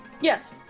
Yes